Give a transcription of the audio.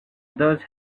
thus